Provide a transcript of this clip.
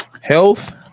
health